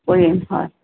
কৰিম হয়